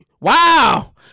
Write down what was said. wow